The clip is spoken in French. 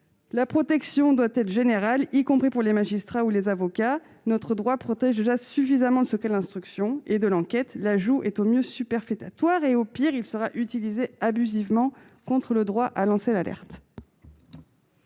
La protection doit être générale et doit inclure les magistrats et les avocats. Notre droit protège déjà suffisamment le secret de l'instruction et de l'enquête. Un tel ajout est au mieux superfétatoire ; au pire, il sera utilisé abusivement contre le droit à lancer l'alerte.